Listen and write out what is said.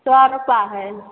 सए रूपा हइ